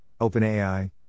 OpenAI